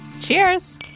Cheers